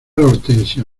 hortensia